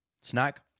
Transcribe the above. Snack